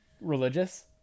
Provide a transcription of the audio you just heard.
religious